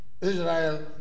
Israel